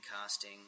casting